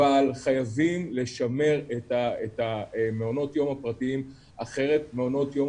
אבל חייבים לשמר את המעונות יום הפרטיים אחרת מעונות היום